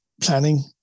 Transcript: planning